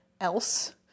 else